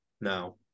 now